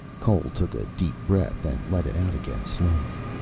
cole took a deep breath and let it out again slowly.